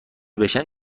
بشن